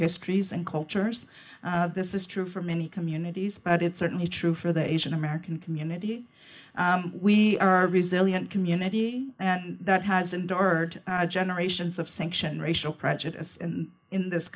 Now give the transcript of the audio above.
histories and cultures this is true for many communities but it's certainly true for the asian american community we are resilient community that has endured generations of sanction racial prejudice in this